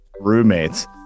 roommates